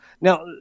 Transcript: Now